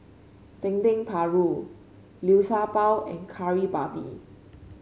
Dendeng Paru Liu Sha Bao and Kari Babi